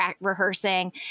rehearsing